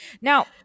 now